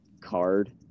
card